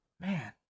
man